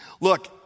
Look